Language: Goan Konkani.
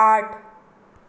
आठ